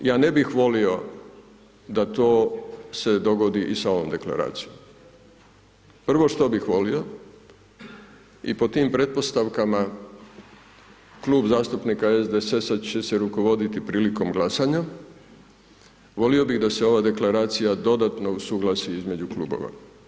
Ja ne bih volio da to se dogodi i sa ovom deklaracijom, prvo što bih volio, i pod tim pretpostavkama, Klub zastupnika SDSS-a će se rukovoditi prilikom glasanja, volio bi da se ova deklaracija dodatno usuglasi između klubova.